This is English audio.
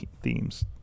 themes